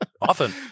often